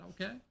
okay